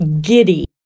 giddy